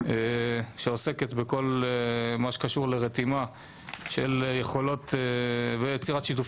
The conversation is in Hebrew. שעוסקת בכל מה שקשור לרתימה של יכולות ויצירת שיתוף